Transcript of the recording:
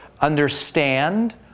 understand